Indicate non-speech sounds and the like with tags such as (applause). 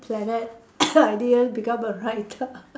planet (coughs) I didn't become a writer